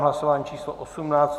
Hlasování číslo 18.